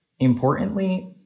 importantly